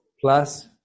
Plus